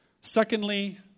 Secondly